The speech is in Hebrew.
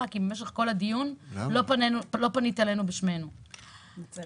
כי במשך כל הדיון לא פנית אלינו בשמנו -- מתנצלת.